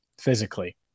physically